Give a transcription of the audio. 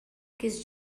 quis